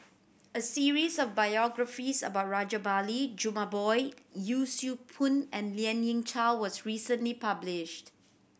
a series of biographies about Rajabali Jumabhoy Yee Siew Pun and Lien Ying Chow was recently published